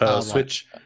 switch